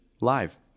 live